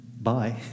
Bye